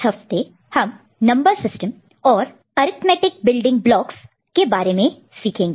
इस हफ्ते हम नंबर सिस्टम और अर्थ मैट्रिक बिल्डिंग ब्लॉकस के बारे में सीखेंगे